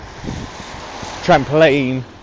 trampoline